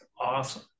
awesome